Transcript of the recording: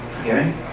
okay